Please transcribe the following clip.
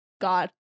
God